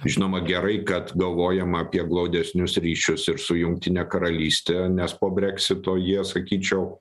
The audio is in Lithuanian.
žinoma gerai kad galvojama apie glaudesnius ryšius ir su jungtine karalyste nes po breksito jie sakyčiau